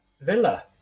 villa